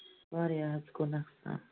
واریاہ حظ گوٚو نۄقصان